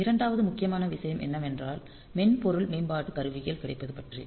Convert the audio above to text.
இரண்டாவது முக்கியமான விஷயம் என்னவென்றால் மென்பொருள் மேம்பாட்டுக் கருவிகள் கிடைப்பது பற்றி